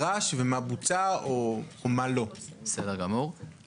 ההרחבה לעסקים קטנים מבחינתנו מקובל.